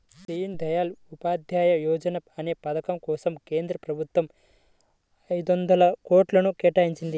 దీన్ దయాళ్ ఉపాధ్యాయ యోజనా అనే పథకం కోసం కేంద్ర ప్రభుత్వం ఐదొందల కోట్లను కేటాయించింది